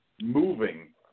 moving